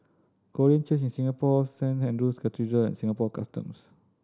Korean Church in Singapore Saint Andrew's Cathedral and Singapore Customs